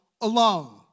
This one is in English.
alone